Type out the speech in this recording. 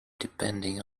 depending